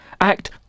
Act